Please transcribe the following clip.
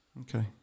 Okay